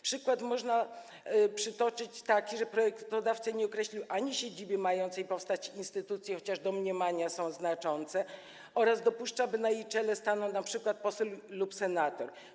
Przykład można przytoczyć taki, że projektodawca nie określił siedziby mającej powstać instytucji, chociaż domniemania są znaczące, oraz dopuszcza, by na jej czele stanął np. poseł lub senator.